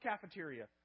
cafeteria